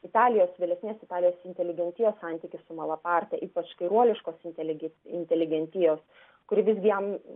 italijos vėlesnės italijos inteligentijos santykis su malapatre ypač kairuoliškos inteligent inteligentijos kuri visgi jam